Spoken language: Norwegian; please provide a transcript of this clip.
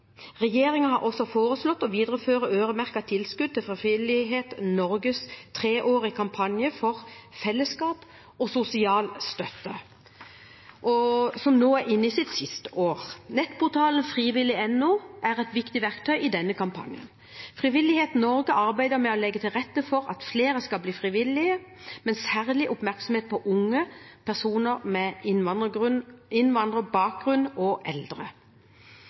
har også foreslått å videreføre øremerkede tilskudd til Frivillighet Norges treårige kampanje for fellesskap og sosial støtte, som nå er inne i sitt siste år. Nettportalen frivillig.no er et viktig verktøy i denne kampanjen. Frivillighet Norge arbeider med å legge til rette for at flere skal bli frivillige med særlig oppmerksomhet på unge, personer med innvandrerbakgrunn og eldre.